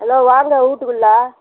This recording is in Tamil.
ஹலோ வாங்க வூட்டுக்குள்ளே